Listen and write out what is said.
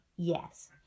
yes